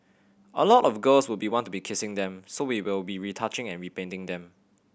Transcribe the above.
a lot of girls would be want to be kissing them so we will be retouching and repainting them